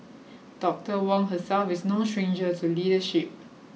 Doctor Wong herself is no stranger to leadership